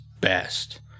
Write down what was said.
best